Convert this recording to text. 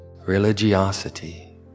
religiosity